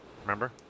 remember